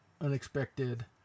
unexpected